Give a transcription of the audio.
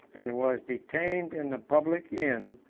and was detained in the public inn,